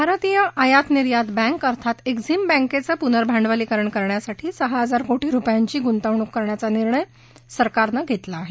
भारतीय निर्यात आयात बैंक अर्थात एक्सिम बैंकेचं पुनर्भांडवलीकरण करण्यासाठी सहा हजार कोटी रुपयांची गुंतवणूक करण्याचा निर्णय सरकारनं घेतला आहे